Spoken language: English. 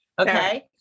okay